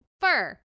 fur